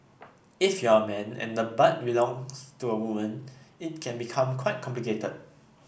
if you're a man and the butt belongs to a woman it can become quite complicated